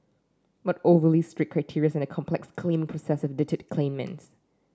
but overly strict criteria and a complex claiming process have deterred claimants